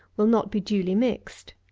will not be duly mixed.